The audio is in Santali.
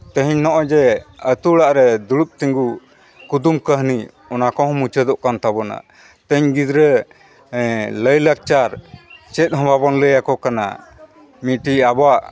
ᱛᱮᱦᱮᱧ ᱱᱚᱜᱼᱚᱸᱭ ᱡᱮ ᱟᱛᱳ ᱚᱲᱟᱜ ᱨᱮᱫᱩᱲᱩᱵ ᱛᱤᱜᱩ ᱠᱩᱫᱩᱢ ᱠᱟᱹᱦᱱᱤ ᱚᱱᱟ ᱠᱚ ᱦᱚᱸ ᱢᱩᱪᱟᱹᱫᱚᱜ ᱠᱟᱱ ᱛᱟᱵᱚᱱᱟ ᱛᱮᱦᱮᱧ ᱜᱤᱫᱽᱨᱟᱹ ᱞᱟᱭᱼᱞᱟᱠᱪᱟᱨ ᱪᱮᱫ ᱦᱚᱸ ᱵᱟᱵᱚᱱ ᱞᱟᱹᱭ ᱟᱠᱚ ᱠᱟᱱᱟ ᱢᱤᱫᱴᱮᱡ ᱟᱵᱚᱣᱟᱜ